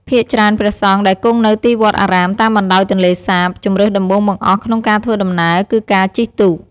ភាគច្រើនព្រះសង្ឃដែលគង់នៅទីវត្តអារាមតាមបណ្ដោយទន្លេសាប ជម្រើសដំបូងបង្អស់ក្នុងការធ្វើដំណើរគឺការជិះទូក។